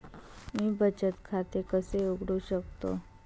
मी बचत खाते कसे उघडू शकतो?